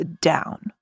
down